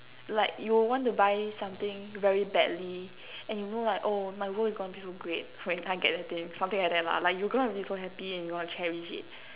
like you will want to buy something very badly and you know like oh my world is going to be so great when I get the thing something like that lah like you're going to be so happy and you want to cherish it